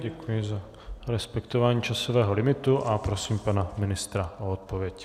Děkuji za respektování časového limitu a prosím pana ministra o odpověď.